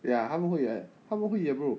ya 他们会啊他们会 eh bro